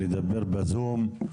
לדבר בזום.